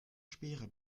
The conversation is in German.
sperre